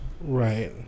Right